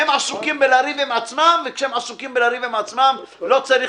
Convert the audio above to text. הם עסוקים בלריב עם עצמם, ואז לא צריך